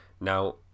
now